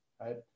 Right